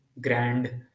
grand